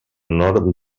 nord